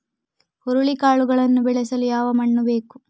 ಹುರುಳಿಕಾಳನ್ನು ಬೆಳೆಸಲು ಯಾವ ಮಣ್ಣು ಬೇಕು?